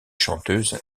chanteuse